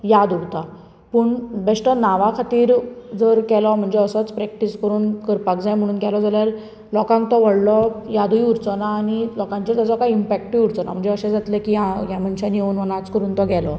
याद उरता पूण बेश्टो नांवा खातीर जर म्हणजे असोच प्रेकटीस करून करपाक जाय म्हणून केलो जाल्यार लोकांक तो व्हडलो यादूय उरचो ना आनी लोकांचो ताजेर कांय इमपेक्टूय उरचो ना म्हणजे अशें जातलें की ह्या मवनासान येवनन नाच केलो तो गेलो